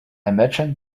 imagine